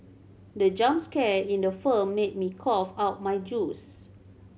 the jump scare in the firm made me cough out my juice